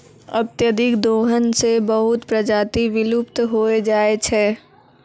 अत्यधिक दोहन सें बहुत प्रजाति विलुप्त होय जाय छै